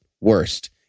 worst